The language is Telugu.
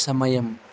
సమయం